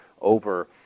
over